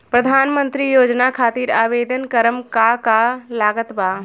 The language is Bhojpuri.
प्रधानमंत्री योजना खातिर आवेदन करम का का लागत बा?